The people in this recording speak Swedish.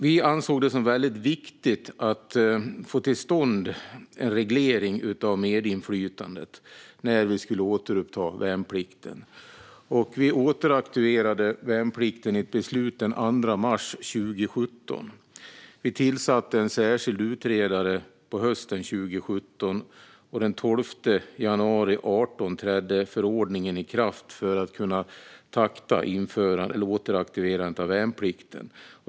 Vi ansåg det viktigt att få till stånd en reglering av medinflytandet när vi skulle återuppta värnplikten. Vi återaktiverade värnplikten i ett beslut av den 2 mars 2017. Vi tillsatte en särskild utredare på hösten 2017, och den 12 januari 2018 trädde förordningen i kraft för att kunna takta återaktiverandet av värnplikten.